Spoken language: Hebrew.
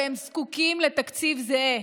והם זקוקים לתקציב זהה.